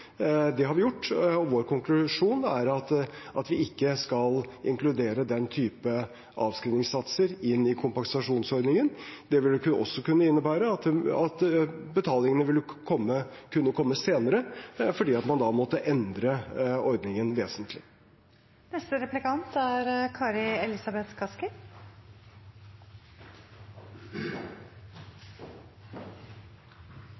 Det har vi gjort, og vår konklusjon er at vi ikke skal inkludere den typen avskrivningssatser i kompensasjonsordningen. Det ville også kunne innebære at betalingene kom senere, fordi man da måtte endre ordningen vesentlig. Jeg har lyst til å fortsette litt i samme gate som Slagsvold Vedum, for realiteten er